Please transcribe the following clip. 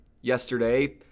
yesterday